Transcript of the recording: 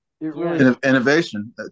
Innovation